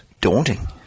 Daunting